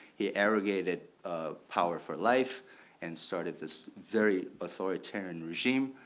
he arrogated power for life and started this very authoritarian regime.